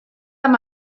amb